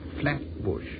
Flatbush